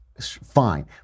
fine